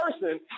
person